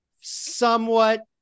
somewhat